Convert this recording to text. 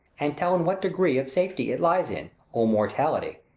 and tell in what degree of safety it lies in, or mortality.